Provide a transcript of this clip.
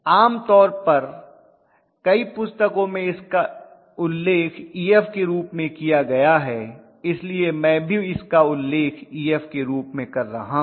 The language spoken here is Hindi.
आमतौर पर कई पुस्तकों में इसका उल्लेख Ef के रूप में किया गया है इसलिए मै भी इसका उल्लेख Ef के रूप में कर रहा हूँ